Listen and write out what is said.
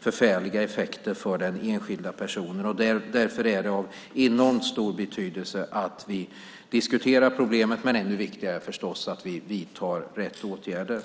förfärliga effekter för den enskilda personen. Därför är det av enormt stor betydelse att vi diskuterar problemet. Ännu viktigare är förstås att vi vidtar rätt åtgärder.